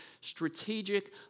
strategic